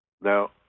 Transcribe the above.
Now